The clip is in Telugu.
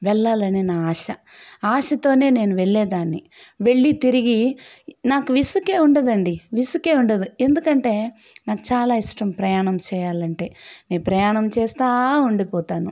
వెళ్ళాలనే నా ఆశ ఆశతో నేను వెళ్ళేదాన్ని వెళ్ళి తిరిగి నాకు విసుగే ఉండదండి విసుగే ఉండదు ఎందుకంటే నాకు చాలా ఇష్టం ప్రయాణం చేయాలంటే నేను ప్రయాణం చేస్తు ఉండిపోతాను